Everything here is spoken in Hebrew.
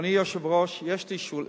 אדוני היושב-ראש, יש לי שאלה,